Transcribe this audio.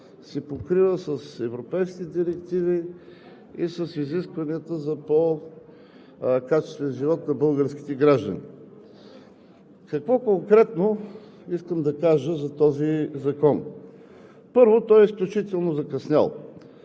се покрива с европейските директиви и с изискванията за по-качествен живот на българските граждани. Какво конкретно искам да кажа за този законопроект? Първо, той е изключително закъснял.